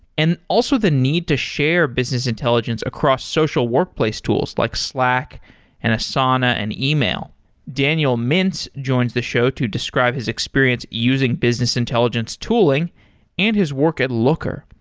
and also the need to share business intelligence across social workplace tools, like slack and asana and yeah e-mail daniel mintz joins the show to describe his experience using business intelligence tooling and his work at looker,